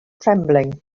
trembling